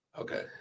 Okay